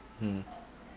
mm